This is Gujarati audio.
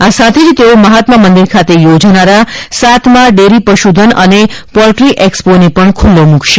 આ સાથે જ તેઓ મહાત્મા મંદિર ખાતે યોજાનારા સાતમા ડેરી પશુધન અને પોલ્ટ્રી એક્સ્પોને પણ ખુલ્લો મુકશે